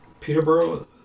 Peterborough